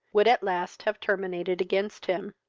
would at last have terminated against him.